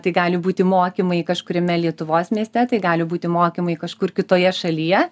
tai gali būti mokymai kažkuriame lietuvos mieste tai gali būti mokymai kažkur kitoje šalyje